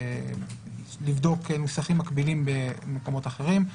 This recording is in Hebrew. לבדוק נוסחים מקבילים במקומות אחרים.